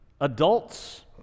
Adults